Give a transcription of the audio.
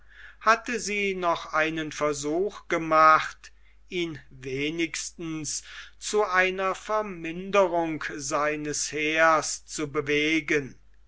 hatte sie noch einen versuch gemacht ihn wenigstens zu einer verminderung seines heers zu bewegen